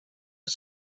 het